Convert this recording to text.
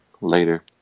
later